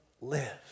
live